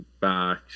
back